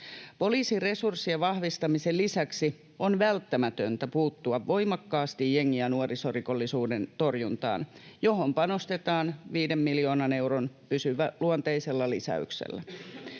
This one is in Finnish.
Poliisin resurs-sien vahvistamisen lisäksi on välttämätöntä puuttua voimakkaasti jengi- ja nuorisorikollisuuden torjuntaan, johon panostetaan 5 miljoonan euron pysyväluonteisella lisäyksellä.